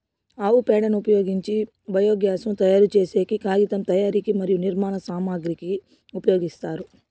ఆవు పేడను ఉపయోగించి బయోగ్యాస్ ను తయారు చేసేకి, కాగితం తయారీకి మరియు నిర్మాణ సామాగ్రి కి ఉపయోగిస్తారు